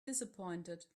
disappointed